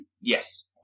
Yes